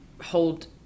hold